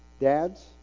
Dads